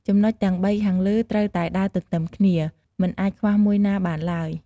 ចំណុចទាំងបីខាងលើត្រូវតែដើរទន្ទឹមគ្នា មិនអាចខ្វះមួយណាបានឡើយ។